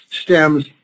stems